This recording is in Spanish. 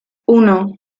uno